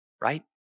right